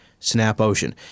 SnapOcean